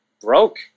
broke